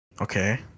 Okay